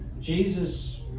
Jesus